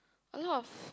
a lot of